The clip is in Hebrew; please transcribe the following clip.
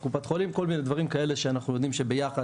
כמו מספר קופת חולים וכל מיני דברים כאלה שאנחנו יודעים שביחד,